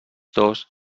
dos